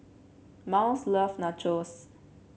Myles love Nachos